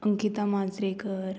Ankita Majrekar